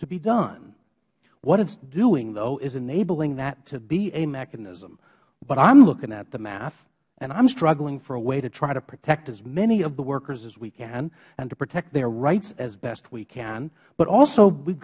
to be done what it is doing though is enabling that to be a mechanism but i am looking at the math and i am struggling for a way to try to protect as many of the workers as we can and to protect their rights as best we can but also we